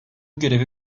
görevi